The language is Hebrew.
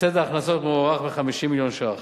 הפסד ההכנסות מוערך ב-50 מיליון ש"ח.